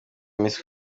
miss